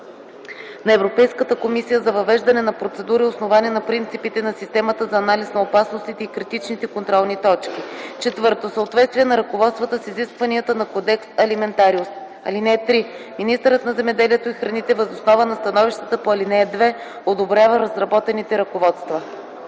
на Европейската комисия за въвеждане на процедури, основани на принципите на системата за анализ на опасностите и критичните контролни точки; 4. съответствие на ръководствата с изискванията на Кодекс Алиментариус. (3) Министърът на земеделието и храните въз основа на становищата по ал. 2 одобрява разработените ръководства.”